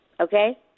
okay